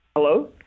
hello